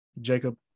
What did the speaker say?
Jacob